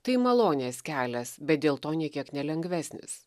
tai malonės kelias bet dėl to nė kiek nelengvesnis